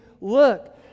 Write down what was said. look